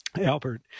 Albert